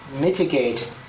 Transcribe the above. mitigate